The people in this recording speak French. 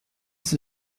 s’y